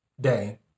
day